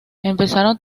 empezaron